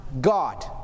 God